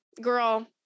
girl